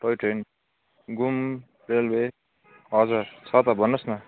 toy train घुम railway हजुर छ त भन्नुहोस् न